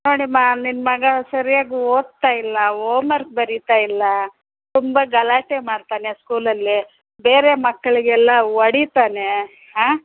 ನೋಡೀಮ್ಮ ನಿಮ್ಮ ಮಗ ಸರಿಯಾಗಿ ಓದ್ತಾಯಿಲ್ಲ ಹೋಮ್ವರ್ಕ್ ಬರೀತಾ ಇಲ್ಲ ತುಂಬ ಗಲಾಟೆ ಮಾಡ್ತಾನೆ ಸ್ಕೂಲಲ್ಲಿ ಬೇರೆ ಮಕ್ಕಳಿಗೆಲ್ಲ ಹೊಡಿತಾನೆ ಹಾಂ